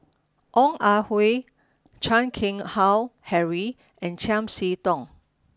Ong Ah Hoi Chan Keng Howe Harry and Chiam See Tong